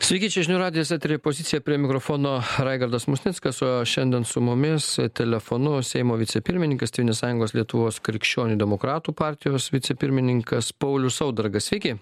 sveiki čia žinių radijas eteryje pozicija prie mikrofono raigardas musnickas o šiandien su mumis telefonu seimo vicepirmininkas tėvynės sąjungos lietuvos krikščionių demokratų partijos vicepirmininkas paulius saudargas sveiki